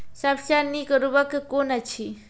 सबसे नीक उर्वरक कून अछि?